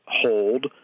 hold